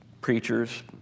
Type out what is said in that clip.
preachers